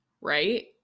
right